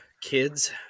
kids